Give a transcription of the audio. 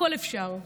הכול אפשר.